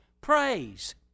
praise